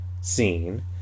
scene